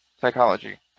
psychology